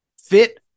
fit